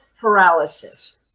paralysis